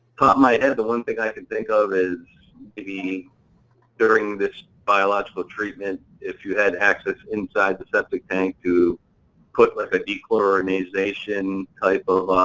my head, the one thing i can think of is maybe during this biological treatment, if you had access inside the septic tank to put like a dechlorinization type of